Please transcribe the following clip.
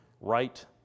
right